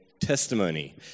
testimony